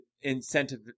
incentive